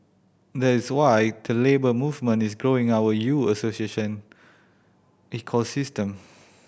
that is why the Labour Movement is growing our U Association ecosystem